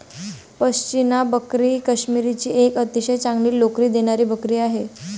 पश्मिना बकरी ही काश्मीरची एक अतिशय चांगली लोकरी देणारी बकरी आहे